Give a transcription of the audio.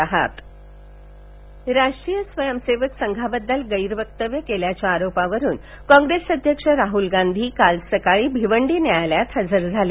राहल गांधीः राष्ट्रीय स्वयंसेवक संघाबददल गैरवक्तव्य केल्याच्या आरोपावरून कॉग्रेस अध्यक्ष राहल गांधी काल सकाळी भिवंडी न्यायालयात हजर झाले